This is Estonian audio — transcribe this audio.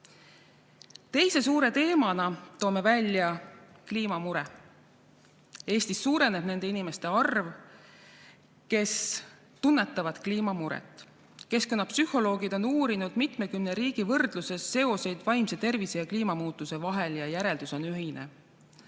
Teise suure teemana toome välja kliimamure. Eestis suureneb nende inimeste arv, kes tunnetavad kliimamuret. Keskkonnapsühholoogid on uurinud mitmekümne riigi võrdluses seoseid vaimse tervise ja kliimamuutuse vahel ja järeldus on ühine: